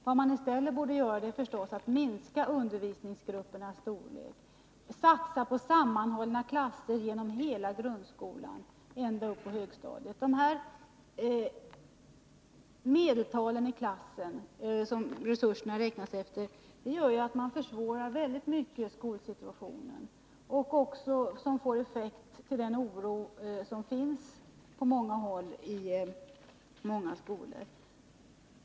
Vad man i stället borde göra är förstås att minska undervisningsgruppernas storlek, satsa på sammanhållna klasser genom hela grundskolan och ända upp på högstadiet. De här klassmedeltalen som resurserna räknas efter gör att man i hög grad försvårar skolsituationen. Det får som effekt den oro som nu finns i skolor på många håll.